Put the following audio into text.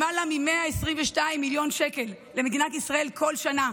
זה יחסוך למדינת ישראל למעלה מ-122 מיליון שקלים בכל שנה.